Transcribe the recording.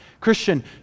Christian